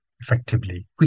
effectively